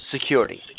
security